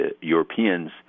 Europeans